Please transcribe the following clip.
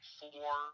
four